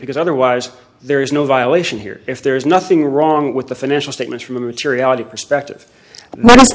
because otherwise there is no violation here if there is nothing wrong with the financial statements from a curiosity perspective